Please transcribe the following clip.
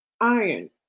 iron